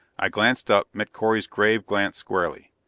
i glanced up met correy's grave glance squarely.